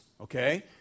Okay